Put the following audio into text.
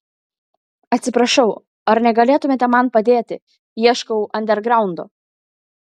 atsiprašau ar negalėtumėte man padėti ieškau andergraundo